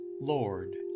Lord